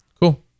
Cool